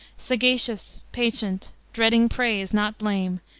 sagacious, patient, dreading praise, not blame,